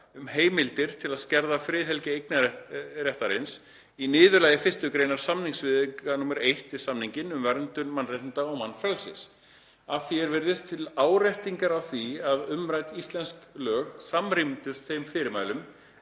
um heimildir til að skerða friðhelgi eignarréttarins í niðurlagi 1. gr. samningsviðauka nr. 1 við samninginn um verndun mannréttinda og mannfrelsis, að því er virðist til áréttingar því að umrædd íslensk lög samrýmdust þeim fyrirmælum,